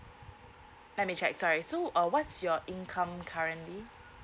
let me check sorry so uh what's your income currently